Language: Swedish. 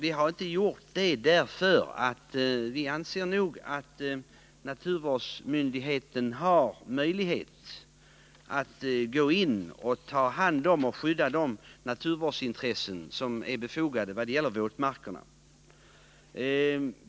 Vi anser nog att naturvårdsmyndigheten har möjlighet att gå in och skydda de naturvårdsintressen som är befogade när det gäller våtmarkerna.